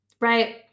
right